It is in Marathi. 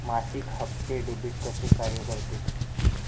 मासिक हप्ते, डेबिट कसे कार्य करते